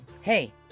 Hey